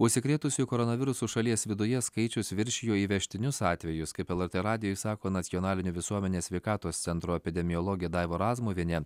užsikrėtusiųjų koronavirusu šalies viduje skaičius viršijo įvežtinius atvejus kaip lrt radijui sako nacionalinio visuomenės sveikatos centro epidemiologė daiva razmuvienė